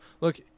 look